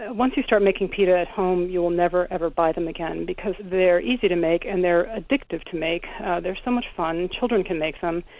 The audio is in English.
ah once you start making pita at home, you will never, ever buy them again because they are easy to make. and they are addictive to make they are so much fun. children can make them.